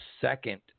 second